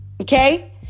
Okay